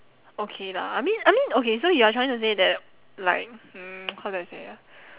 okay lah I mean I mean okay so you are trying to say that like mm how do I say ah